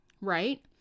Right